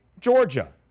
Georgia